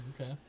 Okay